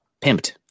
Pimped